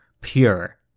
pure